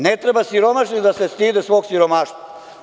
Ne treba siromašni da se stide svog siromaštva.